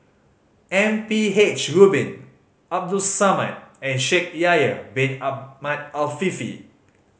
M P H Rubin Abdul Samad and Shaikh Yahya Bin Ahmed Afifi